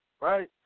right